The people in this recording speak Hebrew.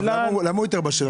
למה הוא יותר בשל?